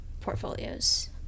portfolios